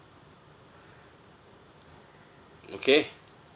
okay